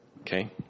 Okay